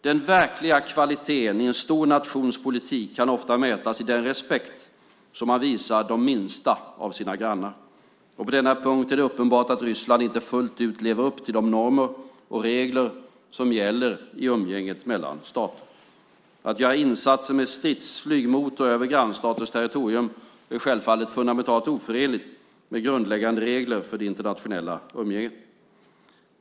Den verkliga kvaliteten i en stor nations politik kan ofta mätas i den respekt som man visar de minsta av sina grannar, och på denna punkt är det uppenbart att Ryssland inte fullt ut lever upp till de normer och regler som gäller i umgänget mellan stater. Att göra insatser med stridsflyg mot och över grannstaters territorium är självfallet fundamentalt oförenligt med grundläggande regler för det internationella umgänget.